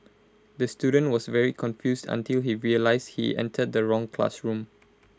the student was very confused until he realised he entered the wrong classroom